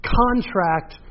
contract